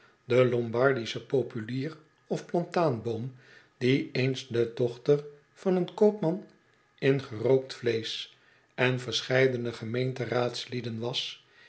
de lombardische populier of plataanboom die eens de dochter van een koopman in gerookt vleesch en verscheidene gemeenteraadsleden was